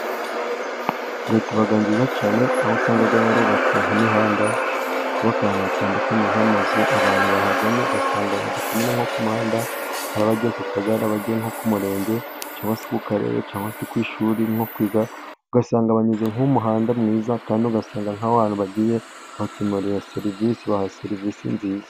Leta iba nziza cyane, aho usanga yarubatse nk'imihanda ikubaka ahantu hatandukanye nk'amazu, abantu bahaganye ugasanga bari kunyura nko ku muhanda. Hari abajya ku kagari, bajya nko ku murenge, cyangwase ku karere, cyangwa se ku ishuri nko kwiga ugasanga banyuze nko mu muhanda mwiza kandi ugasanga nk'aho hantu bagiye babakemuriye serivisi ,babahaye serivisi nziza.